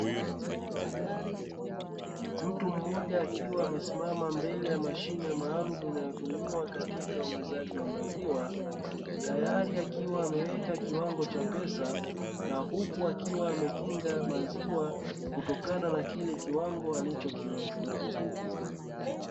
Mtu mmoja akiwa amesimama mbele ya mashine maalumu inayotumiwa katika uuzaji wa maziwa, tayari akiwa ameweka kiwango cha pesa na huku akiwa amekinga maziwa, kutokana na kile kiwango alichokiweka.